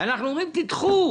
אנחנו אומרים תדחו.